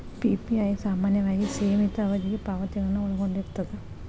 PPI ಸಾಮಾನ್ಯವಾಗಿ ಸೇಮಿತ ಅವಧಿಗೆ ಪಾವತಿಗಳನ್ನ ಒಳಗೊಂಡಿರ್ತದ